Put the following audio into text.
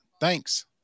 Thanks